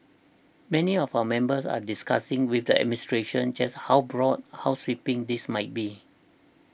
many of our members are discussing with the administration just how broad how sweeping this might be